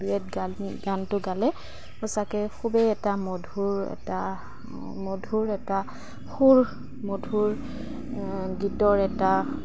ডুৱেট গান গানটো গালে সঁচাকৈ খুবেই এটা মধুৰ এটা মধুৰ এটা সুৰ মধুৰ গীতৰ এটা